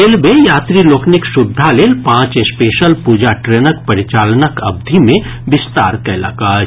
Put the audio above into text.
railway यात्री लोकनिक सुविधा लेल पांच स्पेशल पूजा ट्रेनक परिचालनक अवधि मे विस्तार कयलक अछि